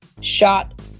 shot